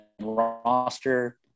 roster